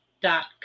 dot